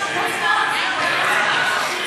הכשרת חוקרי וחוקרות עבירות מין,